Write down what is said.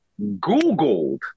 googled